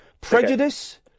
Prejudice